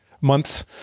months